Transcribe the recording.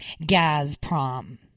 Gazprom